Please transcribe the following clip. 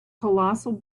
colossal